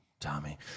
Tommy